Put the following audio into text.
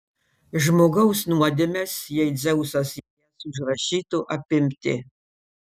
žmogaus nuodėmes jei dzeusas jas užrašytų apimti